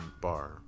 bar